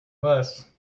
bus